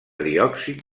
diòxid